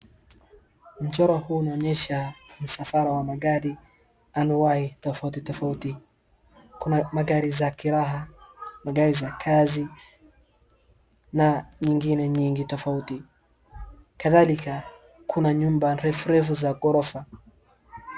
Mchoro huu unaonyesha msafara wa magari anuae tofauti tofauti. Kuna magari za kiraha gari magari za kazi na nyingine nyingi tofauti kadharika kuna nyumba refu refu za ghorofa.